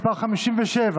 מס' פ/57,